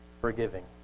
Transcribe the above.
forgiving